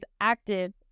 active